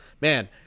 man